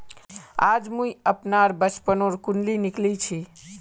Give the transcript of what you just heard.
आज मुई अपनार बचपनोर कुण्डली निकली छी